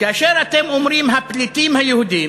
כאשר אתם אומרים "הפליטים היהודים",